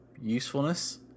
usefulness